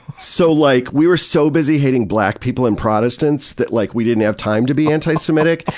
so, like, we were so busy hating black people and protestants that, like, we didn't have time to be anti-semitic.